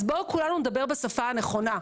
בואו נדבר, כולנו, בשפה הנכונה: